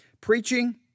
preaching